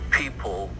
people